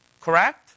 Correct